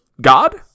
God